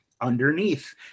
underneath